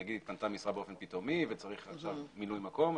נגיד התפנתה משרה באופן פתאומי וצריך עכשיו מילוי מקום,